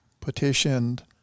petitioned